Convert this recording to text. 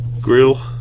grill